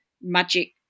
magic